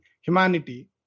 humanity